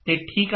ते ठीक आहे